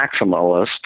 maximalist